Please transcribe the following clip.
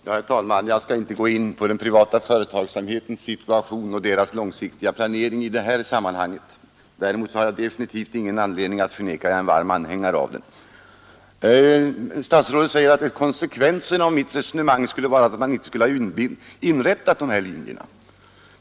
Herr talman! Jag skall inte gå in på den privata företagsamhetens situation och dess långsiktiga planering i det här sammanhanget. Däremot har jag definitivt ingen anledning att förneka att jag är en varm anhängare av den. Statsrådet säger att konsekvensen av mitt resonemang skulle vara att man inte borde ha inrättat de här linjerna.